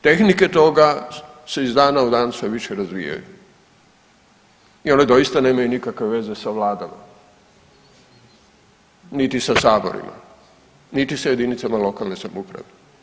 Tehnike toga se iz dana u dan sve više razvijaju i one doista nemaju nikakve veze sa vladama, niti sa saborima, niti sa jedinicama lokalne samouprave.